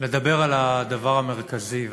לדבר על הדבר המרכזי.